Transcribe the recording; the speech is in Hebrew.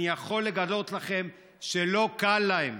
אני יכול לגלות לכם שלא קל להם.